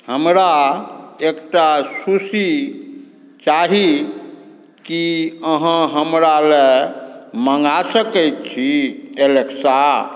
हमरा एकटा सुशी चाही की अहाँ हमरा लए मंगा सकैत छी एलेक्सा